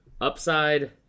upside